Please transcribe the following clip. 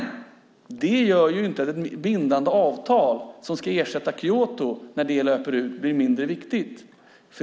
Men det gör inte att ett bindande avtal som ska ersätta Kyotoavtalet när det löper ut blir mindre viktigt.